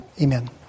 Amen